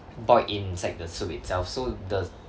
boiled inside the soup itself so the